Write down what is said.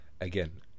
again